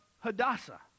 hadassah